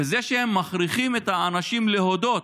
וזה שהם מכריחים את האנשים להודות